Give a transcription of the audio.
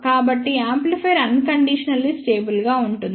కాబట్టి amplifier unconditionally stable గా ఉంటుంది